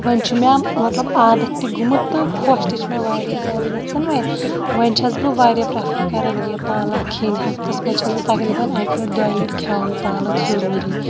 وۄنۍ چھُ مےٚ مطلب عادتھ تہِ گوٚمُت تہٕ خۄش تہِ چھِ مےٚ واریاہ زیادٕ گژھان وۄنۍ وۄنۍ چھَس بہٕ واریاہ پرٛٮ۪فَر کَران یہِ پالک کھیٚنۍ ہفتَس منٛز چھَس بہٕ تقریٖباً اَکہِ لَٹہِ دۄیہِ لَٹہِ کھٮ۪وان پالک ضٔروٗری